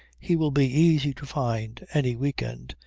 he will be easy to find any week-end,